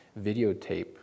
videotape